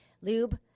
lube